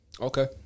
Okay